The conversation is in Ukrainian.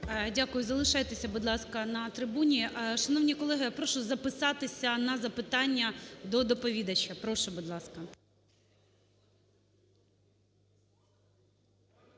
Дякую. Залишайтеся, будь ласка, на трибуні. Шановні колеги, прошу записатися на запитання до доповідача. Прошу, будь ласка.